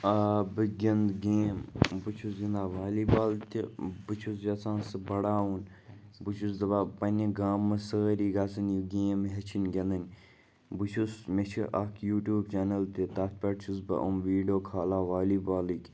آ بہٕ گِنٛدٕ گیم بہٕ چھُس گِنٛدان والی بال تہِ بہٕ چھُس یَژھان سُہ بَڑاوُن بہٕ چھُس دَپان پنٛنہِ گامہٕ منٛز سٲری گژھٕنۍ یہِ گیم ہیٚچھِنۍ گِنٛدٕنۍ بہٕ چھُس مےٚ چھِ اَکھ یوٗٹیوٗب چَنَل تہِ تَتھ پٮ۪ٹھ چھُس بہٕ یِم ویٖڈیو کھالان والی بالٕکۍ